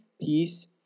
peace